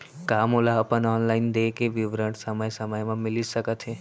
का मोला अपन ऑनलाइन देय के विवरण समय समय म मिलिस सकत हे?